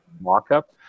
mock-up